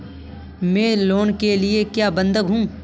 मैं लोन के लिए क्या बंधक रखूं?